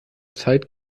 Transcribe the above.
zeit